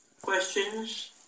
questions